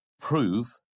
prove